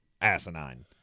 asinine